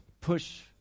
push